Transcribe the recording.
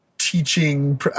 teaching